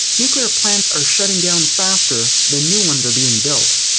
nuclear plants are shutting down faster than new ones are being built.